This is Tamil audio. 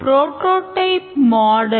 prototype model